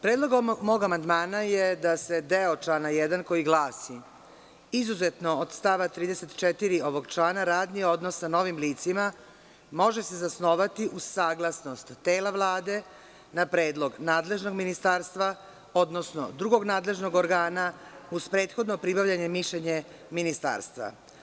Predlog mog amandmana je da se deo člana 1. koji glasi – izuzetno od stava 34. ovog člana, radni odnos sa novim licima može se zasnovati uz saglasnost tela Vlade, na predlog nadležnog ministarstva, odnosno drugog nadležnog organa uz prethodno pribavljeno mišljenje ministarstva.